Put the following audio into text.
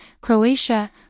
Croatia